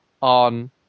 on